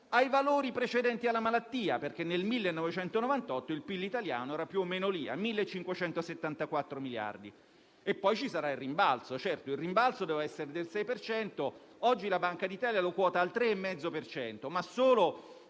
ai valori precedenti alla malattia (perché nel 1998 il PIL italiano era più o meno lì, a 1.574 miliardi) e poi ci sarà il rimbalzo. Certo, il rimbalzo doveva essere del 6 per cento e oggi la Banca d'Italia lo quota al 3,5, ma solo